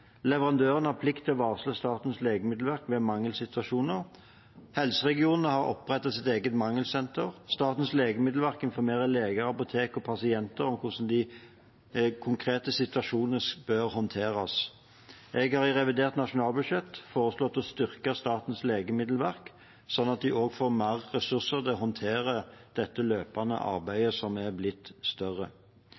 har plikt til å varsle Statens legemiddelverk ved mangelsituasjoner. Helseregionene har opprettet sitt eget mangelsenter, og Statens legemiddelverk informerer leger, apotek og pasienter om hvordan de konkrete situasjonene bør håndteres. Jeg har i revidert nasjonalbudsjett foreslått å styrke Statens legemiddelverk, slik at de får mer ressurser til å håndtere dette løpende